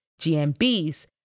GMBs